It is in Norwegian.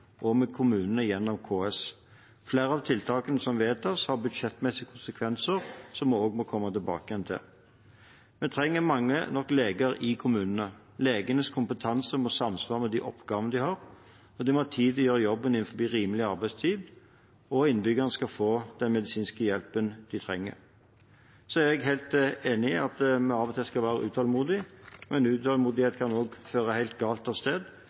og med kommunene gjennom KS. Flere av tiltakene som vedtas, har budsjettmessige konsekvenser, som vi også må komme tilbake til. Vi trenger mange nok leger i kommunene. Legenes kompetanse må samsvare med de oppgavene de har, de må ha tid til å gjøre jobben innenfor rimelig arbeidstid, og innbyggerne skal få den medisinske hjelpen de trenger. Så er jeg helt enig i at vi av og til skal være utålmodige, men utålmodighet kan også føre helt galt av sted,